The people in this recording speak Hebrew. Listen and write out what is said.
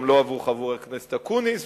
גם לא עבור חבר הכנסת אקוניס,